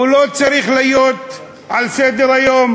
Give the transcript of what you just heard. הוא לא צריך להיות על סדר-היום.